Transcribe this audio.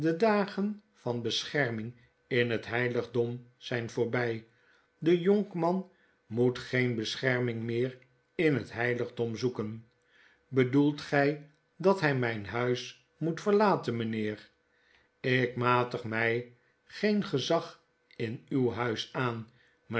dagen van bescherming in net heiligdom zyn voorbjj de jonkman moet geen bescherming meer in net heiligdom zoeken bedoelt gy dat hij mijn huis moet verlaten mjjnheer ik matig mij geen gezag in uw huis aan